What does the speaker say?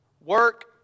Work